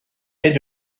est